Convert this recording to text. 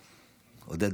עודד,